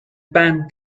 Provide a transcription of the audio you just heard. banned